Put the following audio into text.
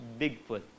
bigfoot